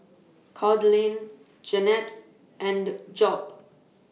Claudine Jennette and Job